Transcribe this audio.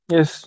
Yes